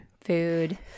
Food